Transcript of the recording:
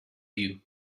you